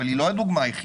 אבל היא לא הדוגמה היחידה,